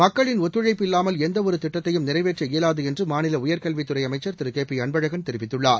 மக்களின் ஒத்துழைப்பு இல்லாமல் எந்த ஒரு திட்டத்தையும் நிறைவேற்ற இயலாது என்று மாநில உயர்கல்விததுறை அமைச்சா் திரு கே பி அன்பழகன் தெரிவித்துள்ளார்